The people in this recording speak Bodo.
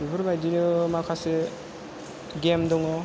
बेफोरबायदिनो माखासे गेम दङ